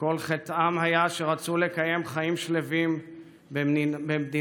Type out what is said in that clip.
שכל חטאם היה שרצו לקיים חיים שלווים במדינתם,